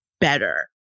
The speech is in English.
better